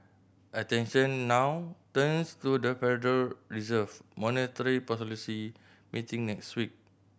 attention now turns to the Federal Reserve monetary meeting next week